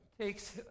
takes